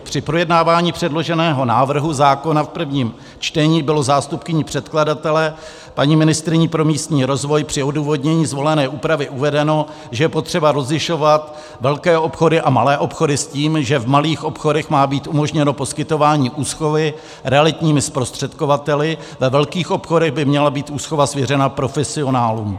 Při projednávání předloženého návrhu zákona v prvním čtení bylo zástupkyní předkladatele, paní ministryní pro místní rozvoj, při odůvodnění zvolené úpravy uvedeno, že je potřeba rozlišovat velké obchody a malé obchody s tím, že v malých obchodech má být umožněno poskytování úschovy realitními zprostředkovateli, ve velkých obchodech by měla být úschova svěřena profesionálům.